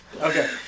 Okay